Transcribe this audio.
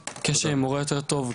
קשר עם מורה יותר טוב,